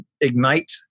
ignite